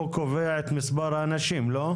הרי הוא שקובע את מספר האנשים, לא?